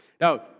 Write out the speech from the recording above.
Now